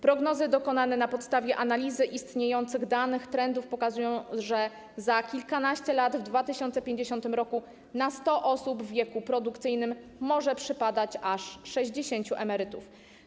Prognozy dokonane na podstawie analizy istniejących danych, trendów pokazują, że za kilkanaście lat, w 2050 r. na 100 osób w wieku produkcyjnym może przypadać aż 60 emerytów.